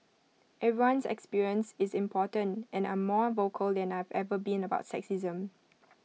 everyone's experience is important and I'm more vocal than I've ever been about sexism